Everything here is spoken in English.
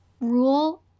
rule